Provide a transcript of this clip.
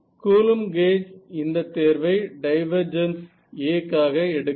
coulomb gauge இந்த தேர்வை divergence A காக எடுக்காது